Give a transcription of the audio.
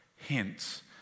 Hence